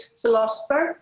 philosopher